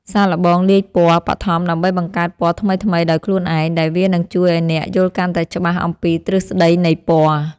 សាកល្បងលាយពណ៌បឋមដើម្បីបង្កើតពណ៌ថ្មីៗដោយខ្លួនឯងដែលវានឹងជួយឱ្យអ្នកយល់កាន់តែច្បាស់អំពីទ្រឹស្តីនៃពណ៌។